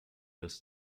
this